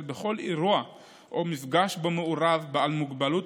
בכל אירוע או מפגש שבו מעורב בעל מוגבלות,